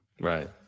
Right